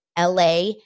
LA